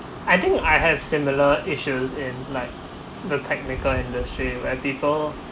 I think I have similar issues in like the technical industry where people